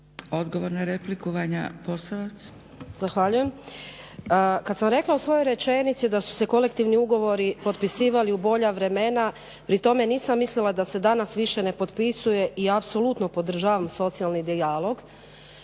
**Posavac, Vanja (SDP)** Zahvaljujem. Kada sam rekla u svojoj rečenici da su se kolektivni ugovori potpisivali u bolja vremena pri tome nisam mislila da se danas više ne potpisuje i apsolutno podržavam socijalni dijalog.